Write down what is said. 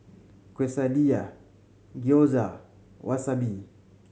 Quesadilla Gyoza Wasabi